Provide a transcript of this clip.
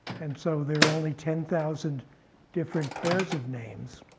and so there are only ten thousand different pairs of names.